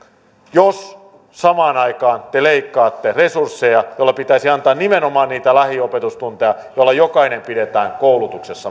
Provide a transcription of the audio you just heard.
jos samaan aikaan te leikkaatte resursseja joilla pitäisi antaa nimenomaan niitä lähiopetustunteja joilla jokainen pidetään koulutuksessa